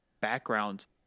backgrounds